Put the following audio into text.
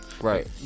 right